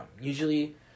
Usually